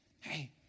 Hey